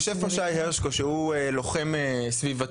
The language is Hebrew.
יושב פה שי הרשקו שהוא לוחם סביבתי,